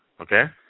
Okay